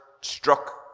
struck